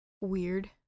Weird